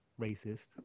racist